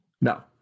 No